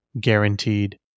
guaranteed